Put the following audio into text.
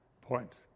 point